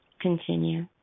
Continue